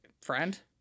friend